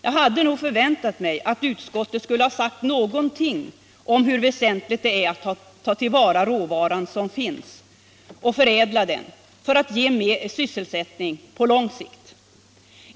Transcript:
Jag hade nog förväntat mig att utskottet skulle ha sagt någonting om hur väsentligt det är att ta till vara den råvara som finns och förädla den för att skapa mer sysselsättning på lång sikt.